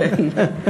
כן.